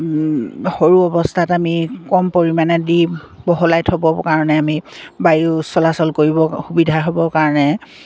সৰু অৱস্থাত আমি কম পৰিমাণে দি বহলাই থ'ব কাৰণে আমি বায়ু চলাচল কৰিবৰ সুবিধা হ'বৰ কাৰণে